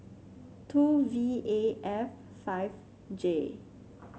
two V A F five J